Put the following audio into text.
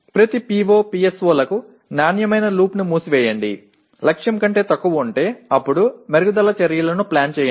ప్రతి PO PSO లకు నాణ్యమైన లూప్ను మూసివేయండి లక్ష్యం కంటే తక్కువ ఉంటే అప్పుడు మెరుగుదల చర్యలను ప్లాన్ చేయండి